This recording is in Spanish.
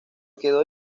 quedó